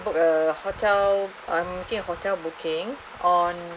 book a hotel um making a hotel booking on